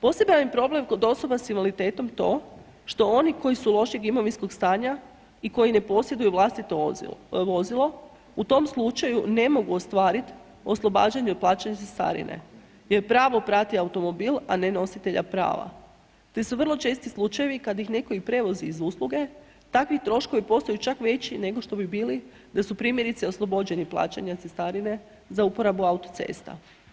Poseban je problem kod osoba s invaliditetom to što oni koji su lošeg imovinskog stanja i koji ne posjeduju vlastito vozilo u tom slučaju ne mogu ostvarit oslobađanje od plaćanja cestarine jer pravo prati automobil a ne nositelja prava te su vrlo česti slučajevi kad ih netko i prevozi iz usluge, takvi troškovi postaju čak veći nego što bi bili da su primjerice oslobođeni plaćanja cestarine za uporabu autocesta.